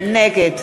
נגד